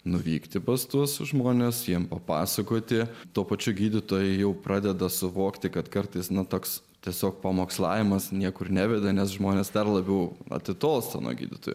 nuvykti pas tuos žmones jiems papasakoti tuo pačiu gydytojai jau pradeda suvokti kad kartais ne toks tiesiog pamokslavimas niekur neveda nes žmonės dar labiau atitolsta nuo gydytojų